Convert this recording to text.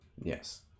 Yes